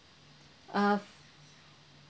err